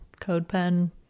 CodePen